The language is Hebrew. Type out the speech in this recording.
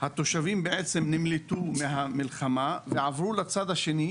התושבים בעצם נמלטו מהמלחמה ועברו לצד השני,